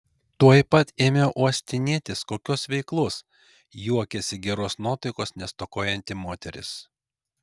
tuoj pat ėmiau uostinėtis kokios veiklos juokėsi geros nuotaikos nestokojanti moteris